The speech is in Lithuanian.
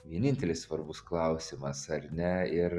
vienintelis svarbus klausimas ar ne ir